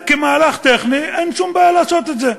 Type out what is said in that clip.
כמהלך טכני, אין שום בעיה לעשות את זה.